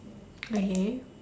okay